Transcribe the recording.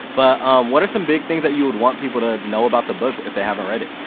but um what are some big things that you would want people to know about the book if they haven't read it?